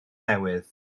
newydd